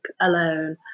alone